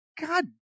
god